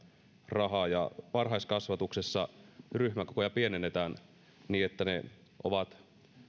rahaa varhaiskasvatuksessa ryhmäkokoja pienennetään niin että ne ovat